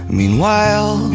meanwhile